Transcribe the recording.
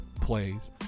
plays